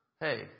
Hey